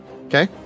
Okay